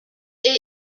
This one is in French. est